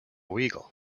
weigel